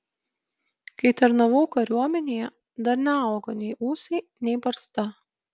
kai tarnavau kariuomenėje dar neaugo nei ūsai nei barzda